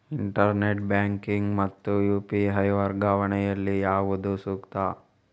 Internet banking ಮತ್ತು UPI ವರ್ಗಾವಣೆ ಯಲ್ಲಿ ಯಾವುದು ಸೂಕ್ತ?